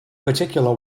particular